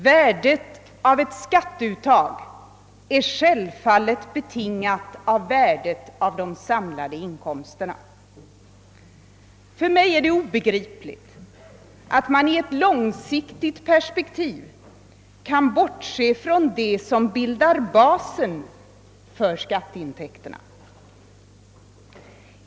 Värdet av ett skatteuttag är självfallet betingat av de samlade inkomsternas värde. För mig är det obegripligt att man på lång sikt kan bortse från det som bildar basen för skatteintäkterna.